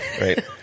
right